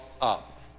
up